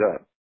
up